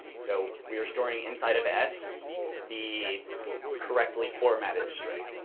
so we are storing inside of s the correctly-formatted string,